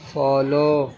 follow